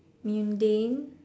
mundane